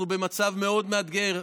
אנחנו במצב מאוד מאתגר.